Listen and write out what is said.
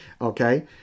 Okay